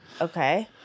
Okay